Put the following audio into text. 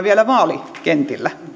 vielä vaalikentillä